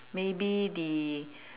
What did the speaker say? maybe the